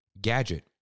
Gadget